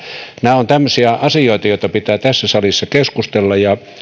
nämä ovat tämmöisiä asioita joista pitää tässä salissa keskustella